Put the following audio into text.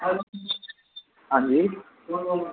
आं जी